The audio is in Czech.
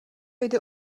jde